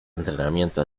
entrenamiento